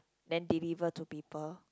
then deliver to people